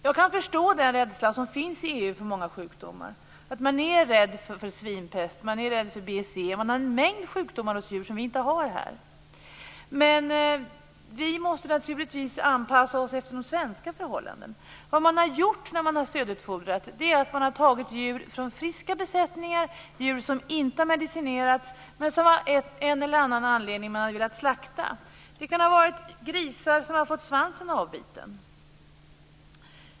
Jag kan förstå den rädsla för många sjukdomar som finns i EU, att man är rädd för svinpest, BSE och många sjukdomar som vi inte har här. Men vi måste naturligtvis anpassa oss efter de svenska förhållandena. Vad man har gjort när man har stödutfodrat är att man har tagit djur från friska besättningar, djur som inte har medicinerats men som man av en eller annan anledning har velat slakta. Det kan ha rört sig om grisar som har fått svansen avbiten.